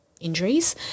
injuries